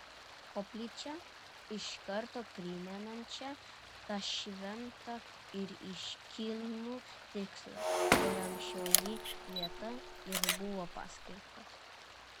koplyčią iš karto primenančią tą šventą ir iškilnų tikslą kuriam šioji vieta ir buvo paskirta